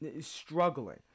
struggling